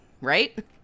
right